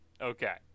Okay